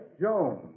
Jones